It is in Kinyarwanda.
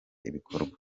ibikorwa